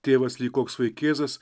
tėvas lyg koks vaikėzas